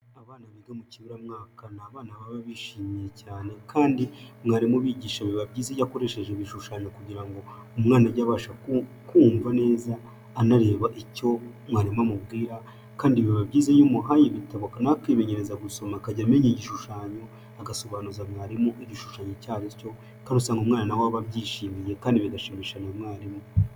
Abana biga mu kiburamwaka ni abana baba bishimiye cyane, kandi mwarimu ubigisha biba byiza iyo akoresheje ibishushanyo, kugira ngo umwana ajye abasha kumva neza anareba icyo mwarimu amubwira, kandi biba byiza iyo umuhaye ibitabo na we akimenyereza gusoma ,akajya amenya igishushanyo agasobanuza mwarimu igishushanyo icyo ari cyo, kandi usanga umwana na we abyishimiye kandi bigashimisha na mwarimu.